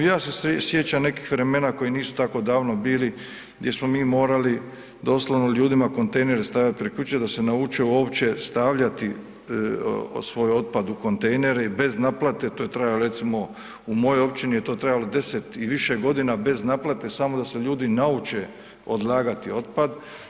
Ja se sjećam nekih vremena koji nisu tako davno bili, gdje smo mi morali doslovno ljudima kontejnere stavljati pred kuće da se nauče uopće stavljati svoj otpad u kontejnere, bez naplate, to je trajalo, recimo, u mojoj općini je to trajalo 10 i više godina bez naplate, samo da se ljudi nauče odlagati otpad.